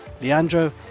Leandro